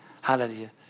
Hallelujah